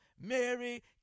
Mary